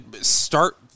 start